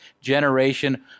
generation